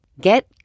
Get